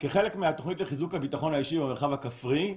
כחלק מהתכנית לחיזוק הביטחון האישי במרחב הכפרי,